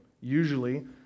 Usually